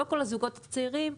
לא כל הזוגות הצעירים,